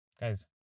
Guys